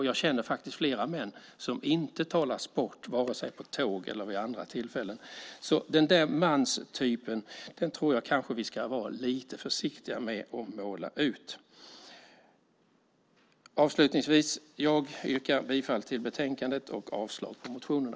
Jag känner faktiskt flera män som inte talar sport vare sig på tåg eller vid andra tillfällen. Den manstypen tror jag kanske vi ska vara lite försiktiga med att måla upp. Avslutningsvis yrkar jag bifall till utskottets förslag i betänkandet och avslag på reservationerna.